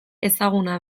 ezaguna